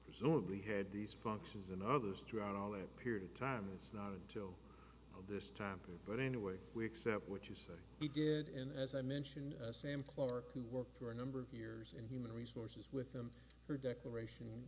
presumably had these functions in others throughout all that period of time it's not until this time but in a way we accept what you say he did and as i mentioned sam clark who worked for a number of years in human resources with them for declaration